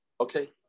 Okay